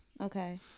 Okay